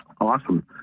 awesome